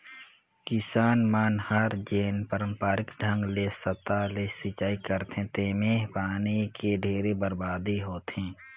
किसान मन हर जेन पांरपरिक ढंग ले सतह ले सिचई करथे तेम्हे पानी के ढेरे बरबादी होथे